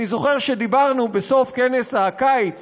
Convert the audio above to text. אני זוכר שדיברנו בסוף כנס הקיץ